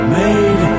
made